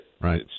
Right